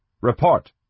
Report